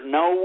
no